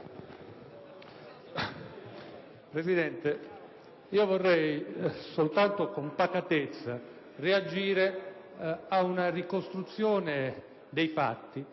Presidente, vorrei soltanto, con pacatezza, reagire a una ricostruzione dei fatti